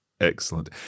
Excellent